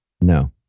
No